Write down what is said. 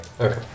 Okay